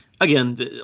again